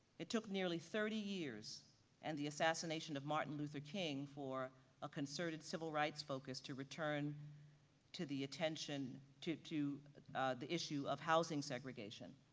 it took nearly thirty years and the assassination of martin luther king for a concerted civil rights focus to return to the attention, to to the issue of housing segregation.